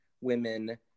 women